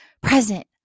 present